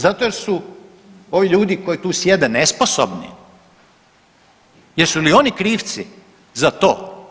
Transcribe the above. Zato jer su ovi ljudi koji tu sjede nesposobni, jesu li oni krivci za to?